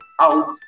out